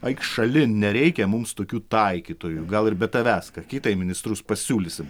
eik šalin nereikia mums tokių taikytojų gal ir be tavęs ką kitą į ministrus pasiūlysim